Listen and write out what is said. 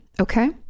Okay